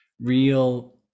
real